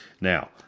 Now